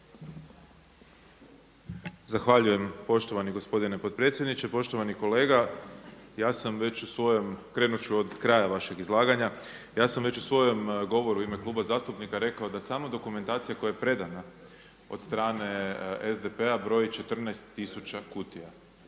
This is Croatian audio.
Zahvaljujem poštovani gospodine potpredsjedniče, poštovani kolega. Ja sam već u svojem, krenut ću od kraja vašeg izlaganja. Ja sam već u svojem govoru u ime kluba zastupnika rekao da samo dokumentacija koja je predana od strane SDP-a broji 14000 kutija,